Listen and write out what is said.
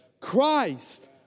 Christ